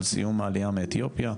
על סיום העלייה מאתיופיה,